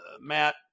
Matt